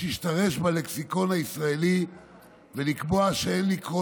שהשתרש בלקסיקון הישראלי ולקבוע שאין לקרוא